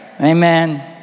Amen